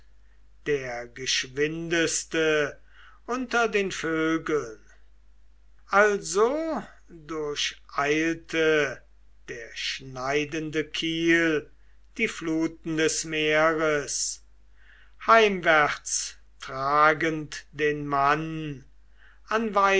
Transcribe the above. der geschwindeste unter den vögeln also durcheilte der schneidende kiel die fluten des meeres heimwärts tragend den mann